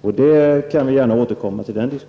och den diskussionen återkommer vi gärna till.